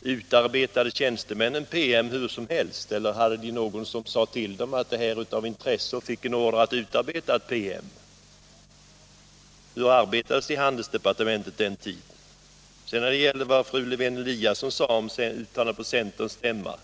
Utarbetade tjänstemännen PM hur som helst, eller var det någon som sade till dem att det här var av intresse och gav dem order att utarbeta en PM? Hur arbetades det i handelsdepartementet på den tiden? Fru Lewén-Eliasson tog upp uttalandet på centerns stämma.